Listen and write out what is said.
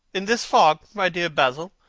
in this fog, my dear basil?